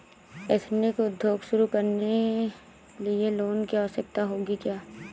Ethnic उद्योग शुरू करने लिए लोन की आवश्यकता होगी क्या?